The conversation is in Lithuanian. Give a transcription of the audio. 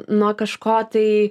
nuo kažko tai